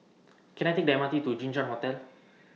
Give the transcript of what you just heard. Can I Take The M R T to Jinshan Hotel